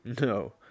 no